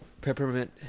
peppermint